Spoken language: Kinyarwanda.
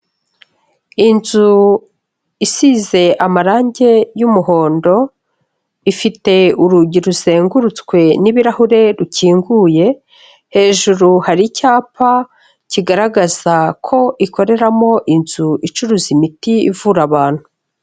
Inzu isize amarangi y'umuhondo, ifite urugi ruzengurutswe n'ibirahure rukinguye, hejuru hari icyapa kigaragaza ko ikoreramo inzu icuruza imiti ivura abantu.